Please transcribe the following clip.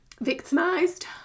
victimized